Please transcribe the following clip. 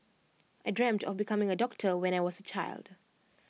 I dreamt of becoming A doctor when I was A child